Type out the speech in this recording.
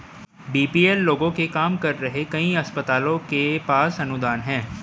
BPL लोगों के लिए काम कर रहे कई अस्पतालों के पास अनुदान हैं